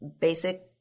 basic